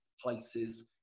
places